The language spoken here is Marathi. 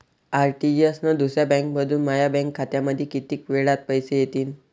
आर.टी.जी.एस न दुसऱ्या बँकेमंधून माया बँक खात्यामंधी कितीक वेळातं पैसे येतीनं?